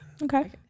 Okay